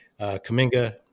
Kaminga